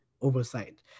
oversight